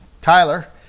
Tyler